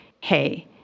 Hey